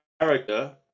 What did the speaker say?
character